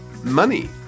money